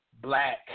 black